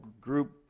group